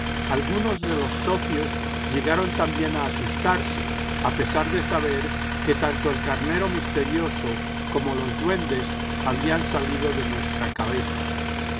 algunos de los socios llegaron también a asustarse a pesar de saber que tanto el carnero misterioso como los duendes habían salido de nuestra cabeza